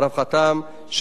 אני מבקש מהבית